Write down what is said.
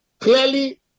clearly